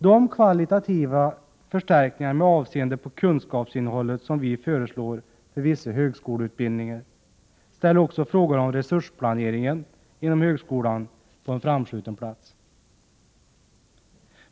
De kvalitativa förstärkningar med avseende på kunskapsinnehållet som vi föreslår för vissa högskoleutbildningar ställer också frågan om resursplanering inom högskolan på en framskjuten plats.